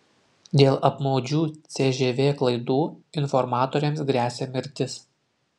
dėl apmaudžių cžv klaidų informatoriams gresia mirtis